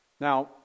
Now